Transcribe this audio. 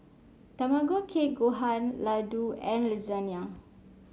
Tamago Kake Gohan Ladoo and Lasagna